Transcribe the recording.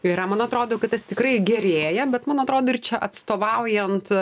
yra man atrodo kad tas tikrai gerėja bet man atrodo ir čia atstovaujant